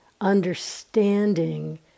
understanding